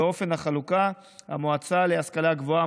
ואופן החלוקה: המועצה להשכלה גבוהה,